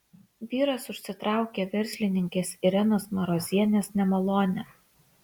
vyras užsitraukė verslininkės irenos marozienės nemalonę